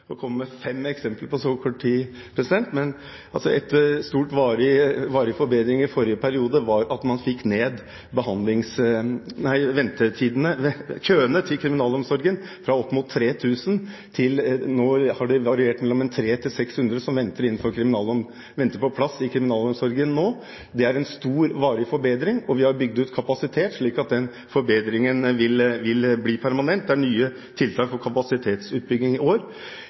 fem eksempler på så kort tid. Men en stor, varig forbedring i forrige periode var at man fikk ned køene i kriminalomsorgen, fra opp mot 3 000 til – det varierer – mellom 300 og 400 som venter på plass i kriminalomsorgen nå. Det er en stor, varig forbedring. Vi har bygd ut kapasitet, slik at den forbedringen vil bli permanent. Det er nye tiltak for kapasitetsutbygging i år.